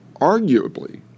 Arguably